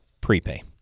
prepay